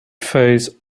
phase